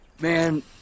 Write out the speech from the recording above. Man